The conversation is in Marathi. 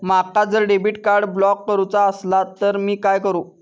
माका जर डेबिट कार्ड ब्लॉक करूचा असला तर मी काय करू?